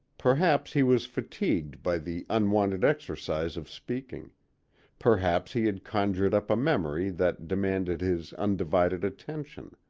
perhaps he was fatigued by the unwonted exercise of speaking perhaps he had conjured up a memory that demanded his undivided attention.